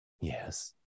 Yes